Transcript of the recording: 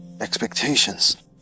Expectations